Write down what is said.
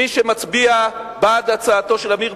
מי שמצביע בעד הצעתו של חבר הכנסת עמיר